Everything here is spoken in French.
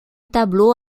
tableau